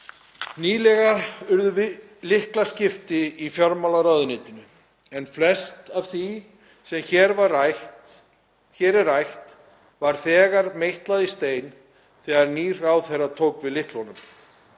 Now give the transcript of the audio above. Nýlega urðu lyklaskipti í fjármálaráðuneytinu en flest af því sem hér er rætt var þegar meitlað í stein þegar nýr ráðherra tók við lyklunum.